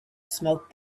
smoke